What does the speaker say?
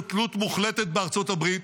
ארצות הברית,